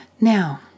Now